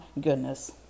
goodness